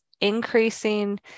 increasing